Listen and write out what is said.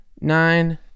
nine